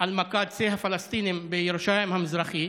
אל-מקדסין הפלסטינים בירושלים המזרחית,